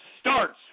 starts